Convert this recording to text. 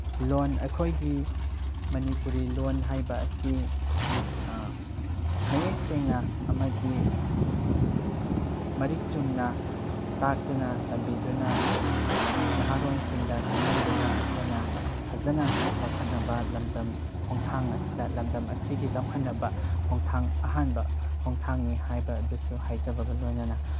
ꯂꯣꯟ ꯑꯩꯈꯣꯏꯒꯤ ꯃꯅꯤꯄꯨꯔꯤ ꯂꯣꯟ ꯍꯥꯏꯕ ꯑꯁꯤ ꯃꯌꯦꯛ ꯁꯦꯡꯅ ꯑꯃꯗꯤ ꯃꯔꯤꯛ ꯆꯨꯝꯅ ꯇꯥꯛꯇꯨꯅ ꯇꯝꯕꯤꯗꯨꯅ ꯅꯍꯥꯔꯣꯜꯁꯤꯡꯗ ꯈꯪꯍꯟꯗꯨꯅ ꯑꯩꯈꯣꯏꯅ ꯐꯖꯅ ꯆꯥꯎꯈꯠꯅꯕ ꯂꯝꯗꯝ ꯈꯣꯡꯊꯥꯡ ꯑꯁꯤꯗ ꯂꯝꯗꯝ ꯑꯁꯤꯒꯤ ꯆꯥꯎꯈꯠꯅꯕ ꯈꯣꯡꯊꯥꯡ ꯑꯍꯥꯟꯕ ꯈꯣꯡꯊꯥꯡꯅꯤ ꯍꯥꯏꯕ ꯑꯗꯨꯁꯨ ꯍꯥꯏꯖꯕꯒ ꯂꯣꯏꯅꯅ